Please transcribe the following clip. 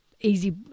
easy